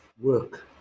work